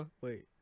wait